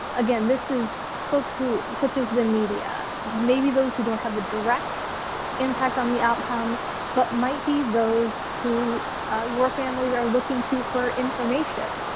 again, this is folks such as the media. maybe those who don't have a direct impact on the outcome but might be those who your families are looking to for information.